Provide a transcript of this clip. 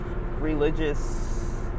religious